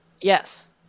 Yes